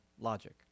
logic